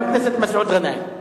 הצעות לסדר-היום שמספרן 3560,